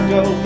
go